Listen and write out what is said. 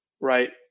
right